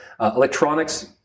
electronics